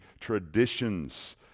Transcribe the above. traditions